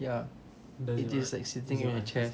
ya it is like sitting in a chair